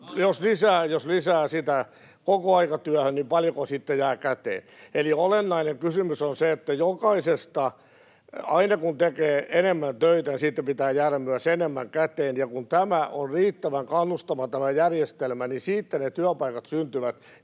Alepassako?] niin paljonko siitä jää käteen? Eli olennainen kysymys on se, että aina, kun tekee enemmän töitä, siitä pitää jäädä myös enemmän käteen, ja kun tämä järjestelmä on riittävän kannustava, niin siitä ne työpaikat syntyvät.